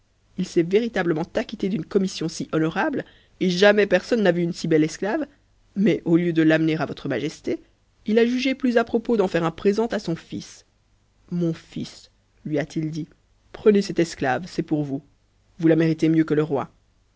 il est véritablement acquitté d'une commission si honorable et jamais sonne n'a vu une si belle esclave mais au lieu de l'amener a votre majesté il a jugé plus à propos d'en faire un présent à son fils mon fils lui a-t-il dit prenez cette esclave c'est pour vous vous la méritez m que le roi